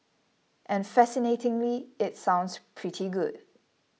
and fascinatingly it sounds pretty good